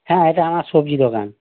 হ্যাঁ এটা আমার সবজি দোকান